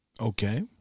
Okay